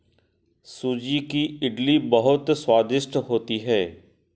सूजी की इडली बहुत स्वादिष्ट होती है